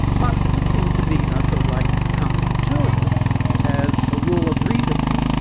but this seemed to be you know sort of like counter-intuitive as a rule of reasoning,